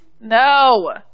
No